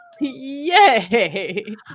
Yay